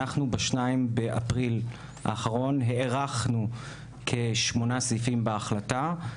ב-2 באפריל האחרון הארכנו כשמונה סעיפים בהחלטה,